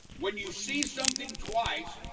when you see something twice,